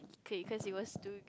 K so it was too good